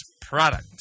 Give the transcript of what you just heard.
product